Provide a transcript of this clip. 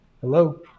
hello